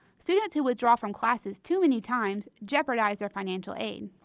students who withdraw from classes too many times jeopardize their financial aid.